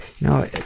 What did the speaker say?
No